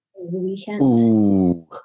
weekend